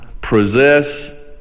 possess